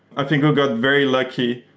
i think we got very lucky.